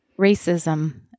Racism